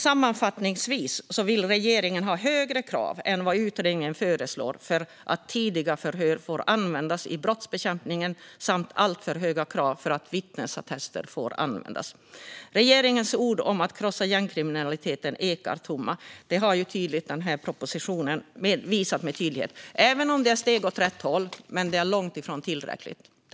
Sammanfattningsvis vill regeringen ha högre krav än vad utredningen föreslår för att tidiga förhör ska få användas i brottsbekämpningen samt alltför höga krav för att vittnesattester ska få användas. Regeringens ord om att krossa gängkriminaliteten ekar tomma, det har den här propositionen visat med tydlighet. Även om det är steg åt rätt håll är det långt ifrån tillräckligt.